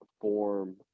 form